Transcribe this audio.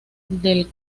del